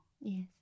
Yes